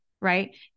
Right